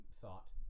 thought